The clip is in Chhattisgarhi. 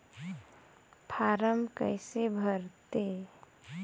फारम कइसे भरते?